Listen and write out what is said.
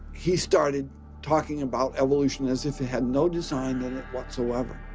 he started talking about evolution as if it had no design in it whatsoever.